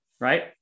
right